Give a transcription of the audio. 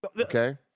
okay